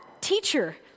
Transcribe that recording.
Teacher